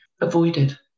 avoided